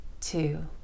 two